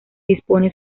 dispone